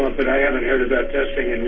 ah but i haven't heard about testing